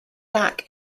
back